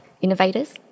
innovators